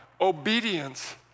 obedience